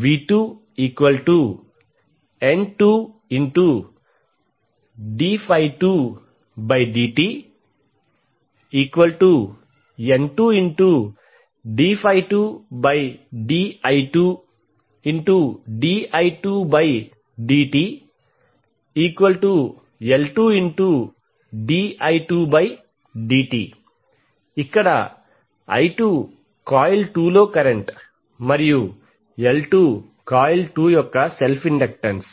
v2N2d2dtN2d2di2di2dtL2di2dt ఇక్కడ i2 coil 2 లో current మరియు L2 కాయిల్ 2 యొక్క సెల్ఫ్ ఇండక్టెన్స్